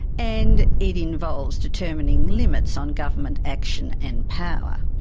and it involves determining limits on government action and power.